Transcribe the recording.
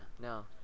No